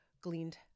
gleaned